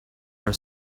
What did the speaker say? are